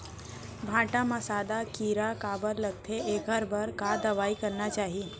भांटा म सादा कीरा काबर लगथे एखर बर का दवई करना चाही?